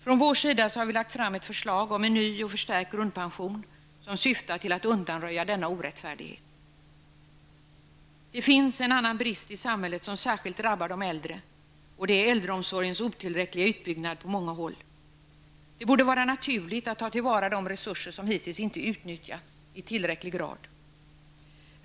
Från vår sida har vi lagt fram ett förslag om en ny och förstärkt grundpension, som syftar till att undanröja denna orättfärdighet. Det finns en annan brist i samhället som särskilt drabbar de äldre, och det är äldreomsorgens otillräckliga utbyggnad på många håll. Det borde vara naturligt att ta till vara de resurser som hittills inte utnyttjats i tillräcklig grad.